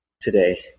today